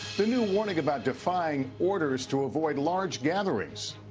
the new warning about defying orders to avoid large gatherings